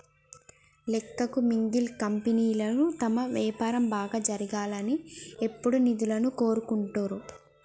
లెక్కకు మిక్కిలి కంపెనీలు తమ వ్యాపారం బాగా జరగాలని ఎప్పుడూ నిధులను కోరుకుంటరు